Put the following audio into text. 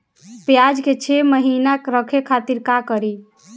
प्याज के छह महीना रखे खातिर का करी?